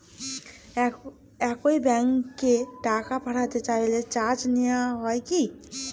একই ব্যাংকে টাকা পাঠাতে চাইলে চার্জ নেওয়া হয় কি?